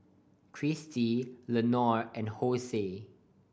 Christi Leonor and Hosie